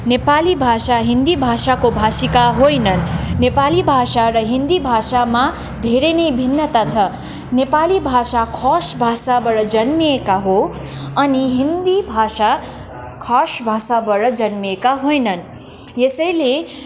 नेपाली भाषा हिन्दी भाषाको भाषिका होइनन् नेपाली भाषा र हिन्दी भाषामा धेरै नै भिन्नता छ नेपाली भाषा खस भाषाबाट जन्मिएका हो अनि हिन्दी भाषा खस भाषाबाट जन्मिएका होइनन् यसैले